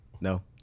No